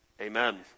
Amen